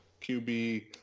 QB